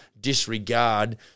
disregard